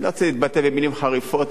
אני לא רוצה להתבטא במלים חריפות,